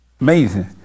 Amazing